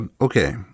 Okay